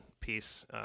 piece